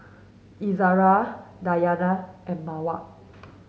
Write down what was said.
Izzara Diyana and Mawar